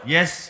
Yes